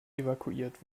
evakuiert